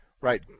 right